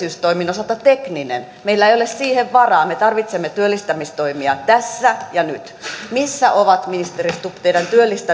osalta tekninen meillä ei ole siihen varaa me tarvitsemme työllistämistoimia tässä ja nyt missä ovat ministeri stubb teidän työllistämistoimenne tässä ja